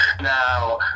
Now